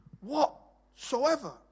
whatsoever